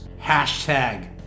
Hashtag